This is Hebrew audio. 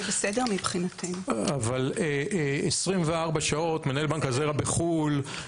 אבל 24 שעות מנהל בנק הזרע בחו"ל.